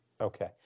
Okay